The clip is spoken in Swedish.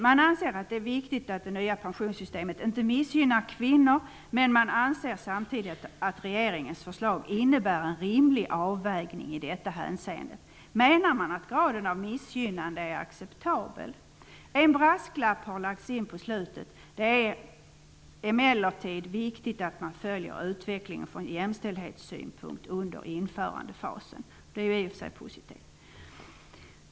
Man anser att det är viktigt att det nya pensionssystemet inte missgynnar kvinnor, men samtidigt anser man att regeringens förslag innebär en rimlig avvägning i detta hänseende. Menar man att graden av missgynnande är acceptabel? En brasklapp har lagts in i slutet: ''Det är emellertid viktigt att man följer utvecklingen från jämställdhetssynpunkt under införandefasen.'' Detta är i och för sig positivt.